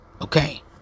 Okay